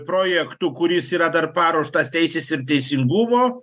projektu kuris yra dar paruoštas teisės ir teisingumo